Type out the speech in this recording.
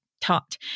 taught